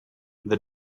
the